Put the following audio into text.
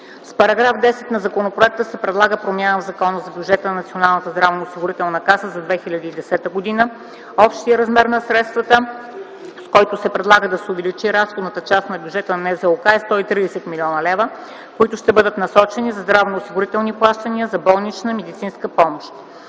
С § 10 на законопроекта се предлага промяна в Закона за бюджета на Националната здравноосигурителна каса за 2010 г. Общият размер на средствата, с който се предлага да се увеличи разходната част на бюджета на НЗОК е 130 млн. лв., които ще бъдат насочени за здравноосигурителни плащания за болнична и медицинска помощ.